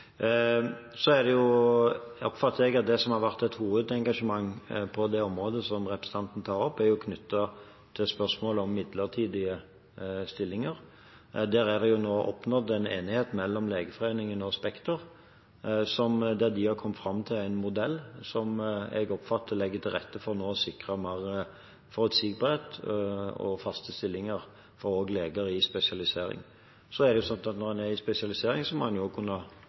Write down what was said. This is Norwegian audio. oppfatter jeg at det som har vært et hovedengasjement på det området som representanten tar opp, er knyttet til spørsmålet om midlertidige stillinger. Der er det nå oppnådd en enighet mellom Legeforeningen og Spekter. De har kommet fram til en modell som jeg oppfatter legger til rette for å sikre mer forutsigbarhet, og faste stillinger, også for leger i spesialisering. Det er jo slik at når en er i spesialisering, må det kunne forventes at en